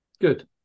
Good